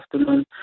afternoon